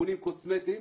תיקונים קוסמטיים.